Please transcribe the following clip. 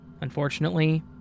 Unfortunately